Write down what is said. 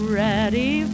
ready